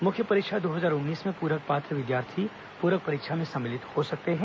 मुख्य परीक्षा दो हजार उन्नीस में पूरक पात्र विद्यार्थी पूरक परीक्षा में सम्मिलित हो सकते हैं